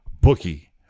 bookie